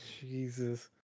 Jesus